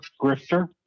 grifter